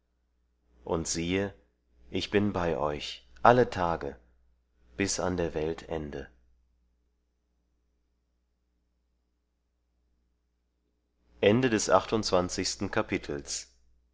und siehe ich bin bei euch alle tage bis an der welt ende